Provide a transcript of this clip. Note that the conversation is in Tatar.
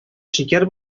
шикәр